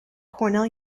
cornell